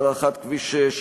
הארכת כביש 6,